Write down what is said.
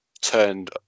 turned